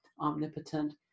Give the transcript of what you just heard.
omnipotent